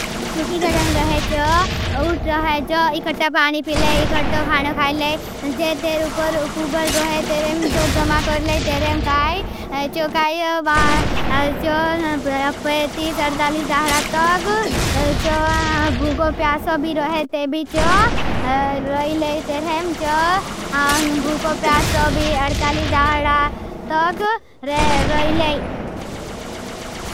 सुखी जगानू रहे चो उठ रहे चो। इखट मानी पिले इख़ट खानओ खाइले। जे तेर उपर कुबर रहे तेरें चो जमा करले। तेरें काई चो कायो बाद चो पेतीस अटालीस दाहडा तग चो भूको प्यासो भी रहे ते भी चो। रोईलेई तरहें जो भूको प्यासो भी अड़ताली जाहरा तोक रोईलेई।